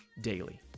Daily